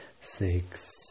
six